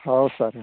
ହଉ ସାର୍